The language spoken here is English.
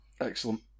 Excellent